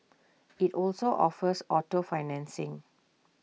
IT also offers auto financing